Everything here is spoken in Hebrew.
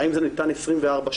האם זה ניתן 24/7